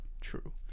true